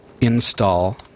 install